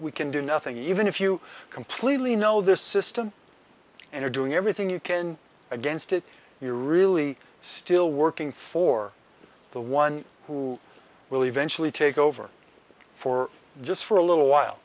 we can do nothing even if you completely know this system and are doing everything you can against it you're really still working for the one who will eventually take over for just for a little while